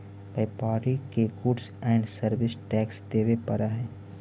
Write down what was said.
व्यापारि के goods and service tax देवे पड़ऽ हई